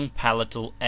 palatal